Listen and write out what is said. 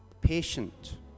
patient